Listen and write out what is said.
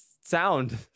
sound